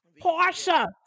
Portia